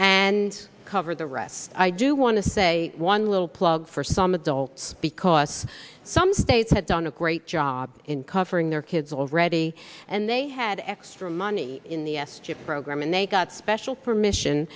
and cover the rest i do want to say one little plug for some adults because some states have done a great job in covering their kids already and they had extra money in the s chip program and they got special permission